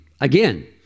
again